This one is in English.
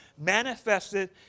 manifested